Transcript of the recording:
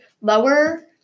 lower